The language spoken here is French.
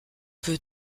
peu